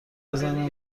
بزنم